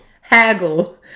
Haggle